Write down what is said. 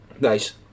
nice